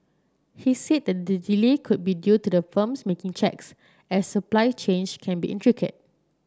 he said the delay could be due to the firms making checks as supply chains can be intricate